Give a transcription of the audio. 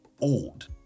old